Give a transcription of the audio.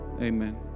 amen